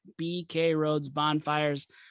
BKRoadsBonfires